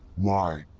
why?